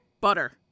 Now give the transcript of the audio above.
Butter